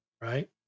right